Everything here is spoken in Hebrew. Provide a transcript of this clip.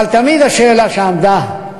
אבל תמיד השאלה שעמדה,